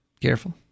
Careful